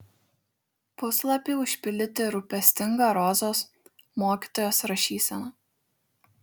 puslapiai užpildyti rūpestinga rozos mokytojos rašysena